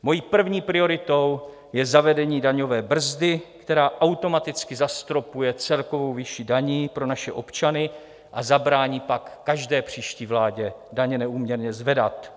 Mojí první prioritou je zavedení daňové brzdy, která automaticky zastropuje celkovou výši daní pro naše občany a zabrání pak každé příští vládě daně neúměrně zvedat.